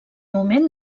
moment